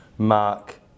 mark